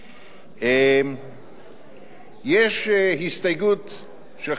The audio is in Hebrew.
יש הסתייגות של חבר הכנסת צלנר,